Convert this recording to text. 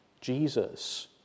Jesus